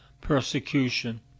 persecution